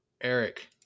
Eric